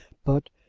but,